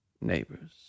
neighbors